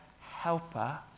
helper